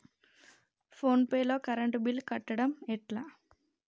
Phone pay లో current bill కట్టడం ఎట్లా?